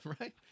Right